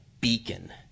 beacon